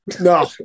No